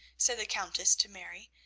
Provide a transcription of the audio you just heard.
said the countess to mary,